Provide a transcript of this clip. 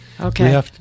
Okay